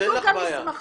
כתוב כאן מסמכים.